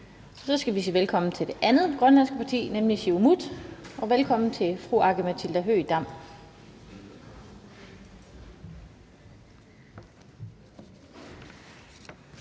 Så skal vi sige velkommen til det andet grønlandske parti, nemlig Siumut, og velkommen til fru Aki-Matilda Høegh-Dam.